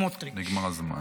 נגמר הזמן.